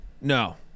No